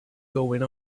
going